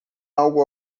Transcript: algo